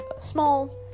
Small